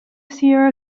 sierra